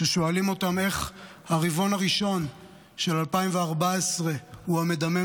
כששואלים אותם איך הרבעון הראשון של 2024 הוא המדמם